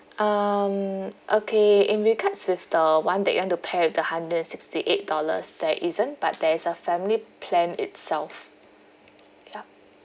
um okay in regards with the one that you want to pair with the hundred and sixty eight dollars there isn't but there is a family plan itself yup